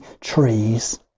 trees